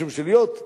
משום שלהיות סוהר,